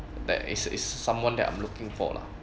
like is is someone that I'm looking for lah